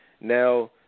Now